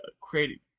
creating